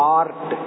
art